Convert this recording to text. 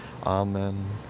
Amen